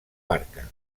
barca